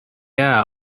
air